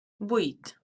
vuit